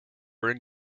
were